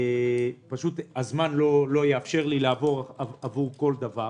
פשוט הזמן לא יאפשר לי לעבור על כל דבר.